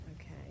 Okay